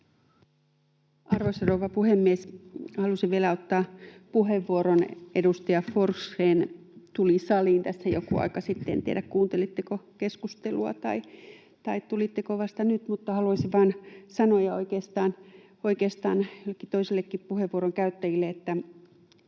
Arvoisa rouva puhemies! Halusin vielä ottaa puheenvuoron. Edustaja Forsgrén tuli saliin tässä jokin aika sitten, en tiedä, kuuntelitteko keskustelua vai tulitteko vasta nyt, mutta haluaisin vain sanoa — oikeastaan joillekin toisillekin puheenvuoron käyttäjille